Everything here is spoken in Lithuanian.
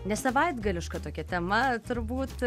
nesavaitgališka tokia tema turbūt